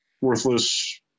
worthless